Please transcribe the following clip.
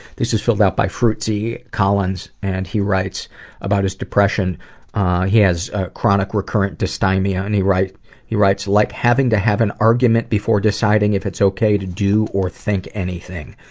this is filled out by fruitsy collins, and he writes about his depression he has ah chronic, recurrent dysthymia and he writes, he writes, like having to have an argument before deciding if it's okay to do or think anything.